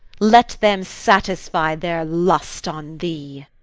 let them satisfy their lust on thee.